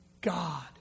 God